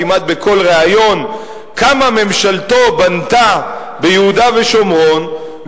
כמעט בכל ריאיון כמה ממשלתו בנתה ביהודה ושומרון,